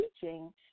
teaching